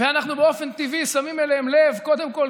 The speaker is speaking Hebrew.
ואנחנו באופן טבעי שמים אליהם לב קודם כול,